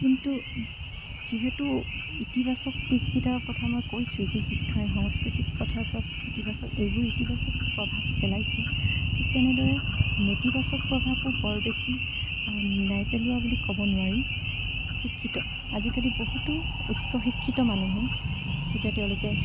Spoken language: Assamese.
কিন্তু যিহেতু ইতিবাচক দিশকিতাৰ কথা মই কৈছোঁ যে শিক্ষাই সংস্কৃতিক পথাৰত ইতিবাচক এইবোৰ ইতিবাচক প্ৰভাৱ পেলাইছিল ঠিক তেনেদৰে নেতিবাচক প্ৰভাৱো বৰ বেছি নাই পেলোৱা বুলি ক'ব নোৱাৰি শিক্ষিত আজিকালি বহুতো উচ্চ শিক্ষিত মানুহে যেতিয়া তেওঁলোকে